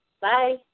Bye